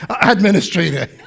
administrator